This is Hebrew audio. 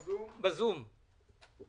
שוב חוזר